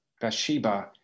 Bathsheba